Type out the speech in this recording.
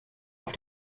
auf